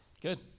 Good